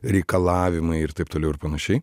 reikalavimai ir taip toliau ir panašiai